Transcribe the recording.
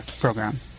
program